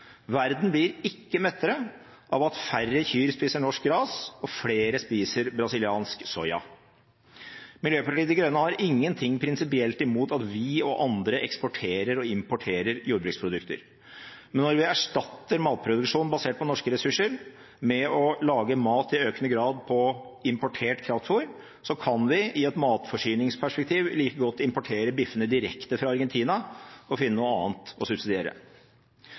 Verden blir ikke mettere av at færre kyr spiser norsk gras og flere spiser brasiliansk soya. Miljøpartiet De Grønne har ingenting prinsipielt imot at vi og andre eksporterer og importerer jordbruksprodukter. Når vi erstatter matproduksjon basert på norske ressurser med å lage mat i økende grad på importert kraftfôr, kan vi i et matforsyningsperspektiv like godt importere biffene direkte fra Argentina og finne noe annet å subsidiere.